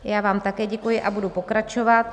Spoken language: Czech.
Já vám také děkuji a budu pokračovat.